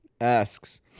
asks